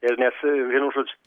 ir nes vienu žodž